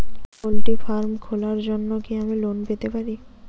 Poultry farm খোলার জন্য কি আমি লোন পেতে পারি?